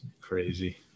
crazy